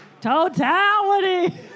Totality